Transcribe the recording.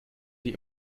die